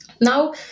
Now